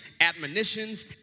admonitions